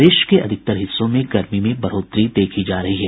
प्रदेश के अधिकांश हिस्सों में गर्मी में बढ़ोतरी देखी जा रही है